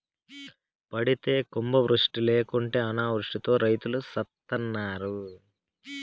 పడితే కుంభవృష్టి లేకుంటే అనావృష్టితో రైతులు సత్తన్నారు